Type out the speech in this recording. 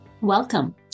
Welcome